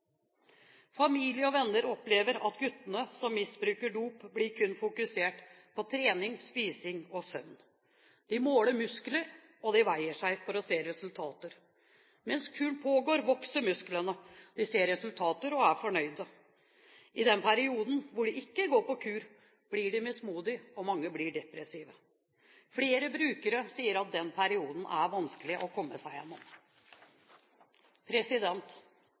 Familie og venner opplever at de guttene som misbruker dop, kun blir fokusert på trening, spising og søvn. De måler muskler, og de veier seg for å se resultater. Mens kuren pågår, vokser musklene. De ser resultater og er fornøyde. I den perioden hvor de ikke går på kur, blir de mismodige, og mange blir depressive. Flere brukere sier at den perioden er vanskelig å komme seg